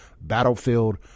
Battlefield